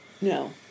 No